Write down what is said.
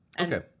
Okay